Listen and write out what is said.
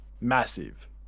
massive